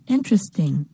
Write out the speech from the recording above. Interesting